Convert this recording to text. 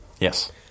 Yes